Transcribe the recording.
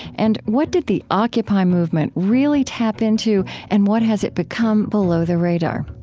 and what did the occupy movement really tap into, and what has it become below the radar?